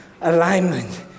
alignment